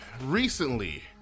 recently